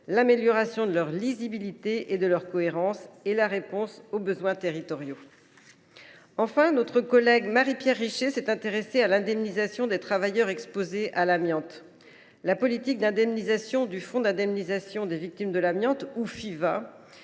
l’amélioration de leur lisibilité et de leur cohérence, et la réponse aux besoins territoriaux. Enfin, notre collègue Marie Pierre Richer s’est intéressée à l’indemnisation des travailleurs exposés à l’amiante. La politique d’indemnisation du fonds d’indemnisation des victimes de l’amiante (Fiva)